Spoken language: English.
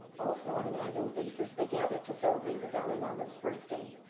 also, on an annual basis, they gather to celebrate the dalai lama's birthday.